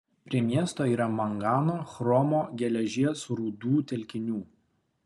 prie miesto yra mangano chromo geležies rūdų telkinių